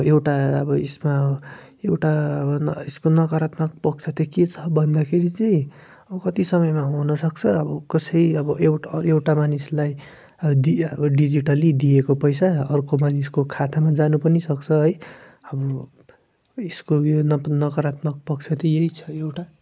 एउटा अब यसमा एउटा अब यसको नकरात्मक पक्ष चाहिँ के छ भन्दाखेरि चाहिँ अब कति समयमा हुनुसक्छ अब कसै अब एउटा मानिसलाई दिइ अब डिजिटल्ली दिएको पैसा अर्को मानिसको खातामा जानु पनि सक्छ है अब यसको उयो नकारात्मक पक्ष चाहिँ यही छ एउटा